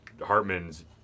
Hartman's